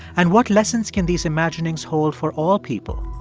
and what lessons can these imaginings hold for all people,